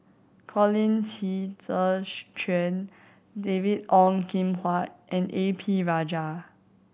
Colin Qi Zhe Quan David Ong Kim Huat and A P Rajah